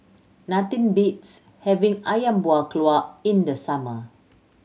nothing beats having Ayam Buah Keluak in the summer